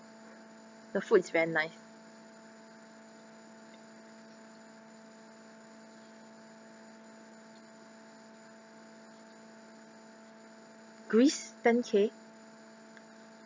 the food is very nice greece ten K